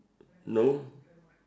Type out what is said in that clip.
no